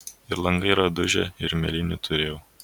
ir langai yra dužę ir mėlynių turėjau